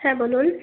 হ্যাঁ বলুন